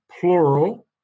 plural